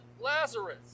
Lazarus